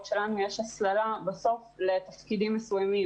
שלנו יש הסללה בסוף לתפקידים מסוימים.